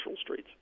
streets